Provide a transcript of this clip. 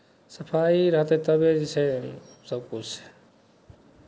सफाइ रहतै तबे जे छै सभकिछु